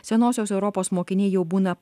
senosios europos mokiniai jau būna